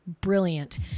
brilliant